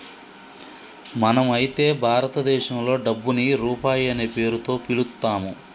మనం అయితే భారతదేశంలో డబ్బుని రూపాయి అనే పేరుతో పిలుత్తాము